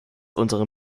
unsere